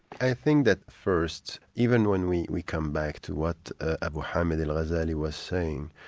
i think that first, even when we we come back to what abu hamed al-ghazali was saying,